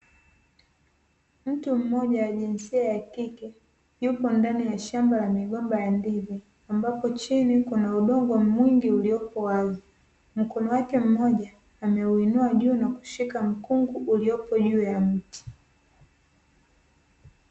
Mtu mmoja wa jinsia ya kike yupo ndani ya shamba la migomba ya ndizi ambapo chini kuna udongo mwingi uliopo wazi. Mkono wake mmoja ameuinua juu na kushika mkungu uliopo juu ya mti.